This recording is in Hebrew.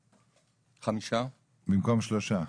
5. במקום 3?